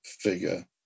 figure